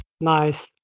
Nice